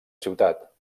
ciutat